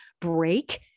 break